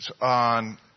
on